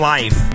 Life